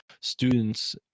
students